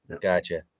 Gotcha